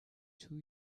two